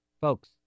Folks